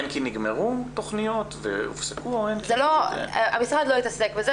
אין כי נגמרו תכניות והופסקו או אין כי --- המשרד לא התעסק בזה,